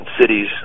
cities